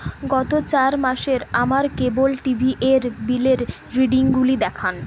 গত চার মাসের আমার কেবল টিভি এর বিলের রিডিংগুলি দেখান